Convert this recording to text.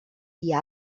dia